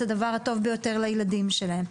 את הדבר הטוב ביותר לילדים שלהם.